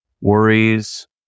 worries